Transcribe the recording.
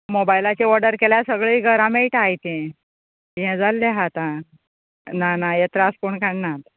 मोबायलाचेर ऑर्डर केल्यार सगळें घरांत मेळटा आयतें हे जाल्लें हा आतां ना ना हे त्रास कोण काडना